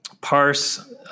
parse